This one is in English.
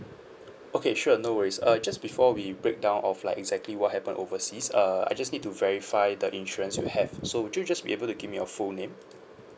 okay sure no worries err just before we breakdown of like exactly what happen overseas uh I just need to verify the insurance you have so would you just be able to give me your full name